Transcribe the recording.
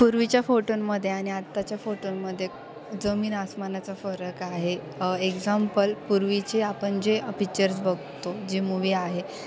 पूर्वीच्या फोटोंमध्ये आणि आत्ताच्या फोटोंमध्ये जमीन अस्मानाचा फरक आहे एक्झाम्पल पूर्वीचे आपण जे पिच्चर्स बघतो जे मूवी आहे